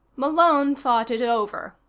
malone thought it over.